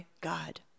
God